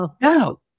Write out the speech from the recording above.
no